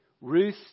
Ruth